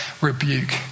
rebuke